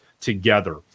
together